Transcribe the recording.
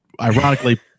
ironically